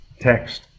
text